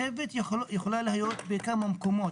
השבט יכול להיות בכמה מקומות,